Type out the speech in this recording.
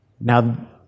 Now